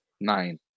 Nine